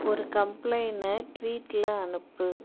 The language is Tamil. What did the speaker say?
ஒரு கம்ப்ளெய்ன ட்வீட்ல அனுப்பு